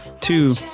two